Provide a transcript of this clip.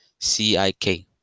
CIK